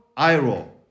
IRO